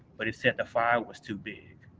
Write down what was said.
but it said the file was too big.